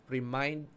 Remind